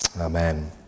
Amen